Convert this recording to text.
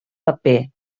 paper